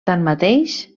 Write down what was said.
tanmateix